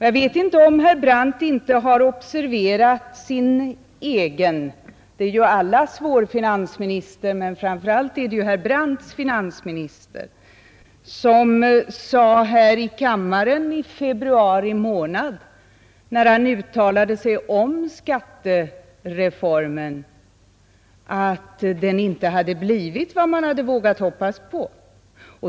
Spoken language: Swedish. Jag vet inte om inte herr Brandt har observerat sin egen finansminister — det är allas vår finansminister men framför allt är det ju herr Brandts — som sade här i kammaren i februari månad, när han uttalade sig om skattereformen, att den inte hade blivit vad man hade vågat hoppas på.